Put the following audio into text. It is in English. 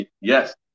Yes